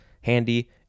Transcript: handy